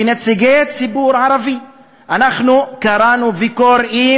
כנציגי ציבור ערבי אנחנו קראנו וקוראים